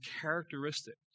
characteristics